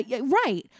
Right